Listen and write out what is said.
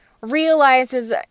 realizes